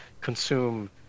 consume